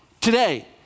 Today